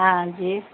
ہاں جی